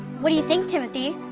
what do you think, timothy?